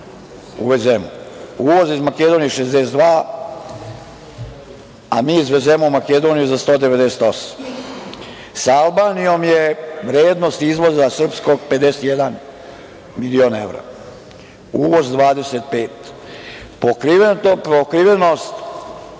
Uvoz iz Makedonije je 62, a mi izvezemo u Makedoniju za 198. Sa Albanijom je vrednost izvoza srpskog 51 milion evra, uvoz 25. Pokrivenost